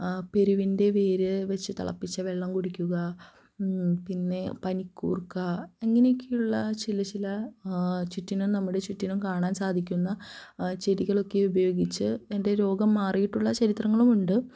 പെരുവിന്റെ വേരു വച്ചു തിളപ്പിച്ച വെള്ളം കുടിക്കുക പിന്നെ പനിക്കൂര്ക്ക ഇങ്ങനെയൊക്കെയുള്ള ചില ചില ചുറ്റിനും നമ്മടെ ചുറ്റിനും കാണാന് സാധിക്കുന്ന ചെടികളൊക്കെ ഉപയോഗിച്ച് എന്റെ രോഗം മാറിയിട്ടുള്ള ചരിത്രങ്ങളുമുണ്ട്